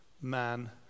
man